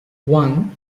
one